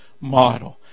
model